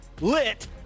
lit